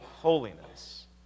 holiness